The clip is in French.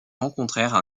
rencontrèrent